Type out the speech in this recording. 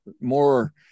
more